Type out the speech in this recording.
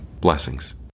Blessings